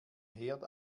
herd